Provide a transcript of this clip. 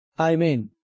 Amen